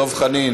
דב חנין,